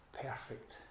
perfect